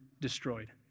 destroyed